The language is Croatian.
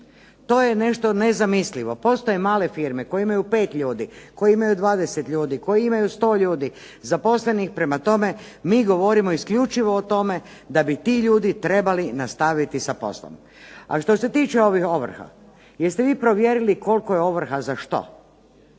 To je nešto nezamislivo postoje male firme koje imaju 5 ljudi, koje imaju 20 ljudi, koje imaju 100 ljudi zaposlenih prema tome, mi govorimo isključivo o tome da bi ti ljudi trebali nastaviti sa poslom. Ali što se tiče ovih ovrha jeste li vi provjerili koliko je ovrha za što.